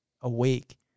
awake